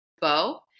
bow